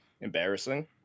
embarrassing